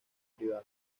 privada